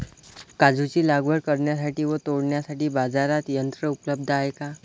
काजूची लागवड करण्यासाठी व तोडण्यासाठी बाजारात यंत्र उपलब्ध आहे का?